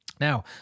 Now